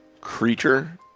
creature